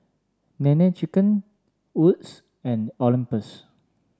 Nene Chicken Wood's and Olympus